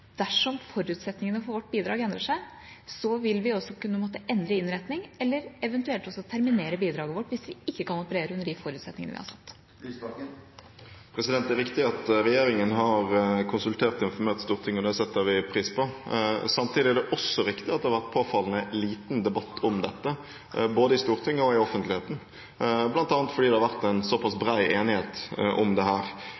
dersom forutsetningene for vårt bidrag endrer seg, vil vi også kunne måtte endre innretning – eller eventuelt også terminere bidraget vårt hvis vi ikke kan operere under de forutsetningene vi har satt. Det er riktig at regjeringen har konsultert og informert Stortinget, og det setter vi pris på. Samtidig er det også riktig at det har vært påfallende liten debatt om dette, både i Stortinget og i offentligheten, bl.a. fordi det har vært en såpass bred enighet om dette. Det